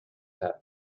have